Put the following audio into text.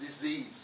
disease